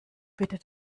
bitte